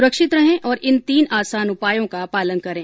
सुरक्षित रहें और इन तीन आसान उपायों का पालन करें